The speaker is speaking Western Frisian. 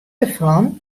derfan